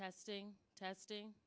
testing testing